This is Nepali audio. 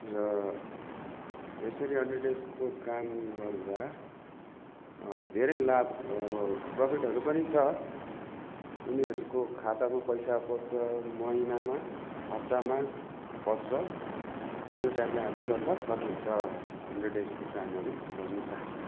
र यसरी हन्ड्रेड डेजको काम गर्दा धेरै लाभ प्रफिटहरू पनि छ उनीहरूको खातामा पैसा पस्छ महिनामा हप्तामा पस्छ र यो टाइपले हामी गर्न सकिन्छ हन्ड्रेड डेजको कामहरू गर्न सक्छ